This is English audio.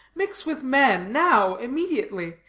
mix with man, now, immediately,